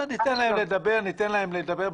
'ניתן להם לדבר בוועדות,